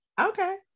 Okay